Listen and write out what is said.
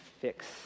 fix